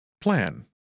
plan